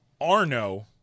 Arno